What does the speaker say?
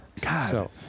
God